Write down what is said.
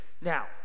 Now